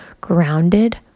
grounded